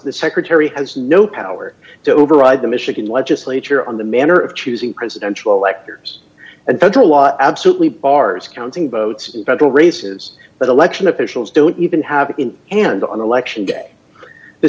the secretary has no power to override the michigan legislature on the manner of choosing presidential electors and federal law absolutely bars counting votes federal races but election officials don't even have it in and on election day the